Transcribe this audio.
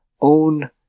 own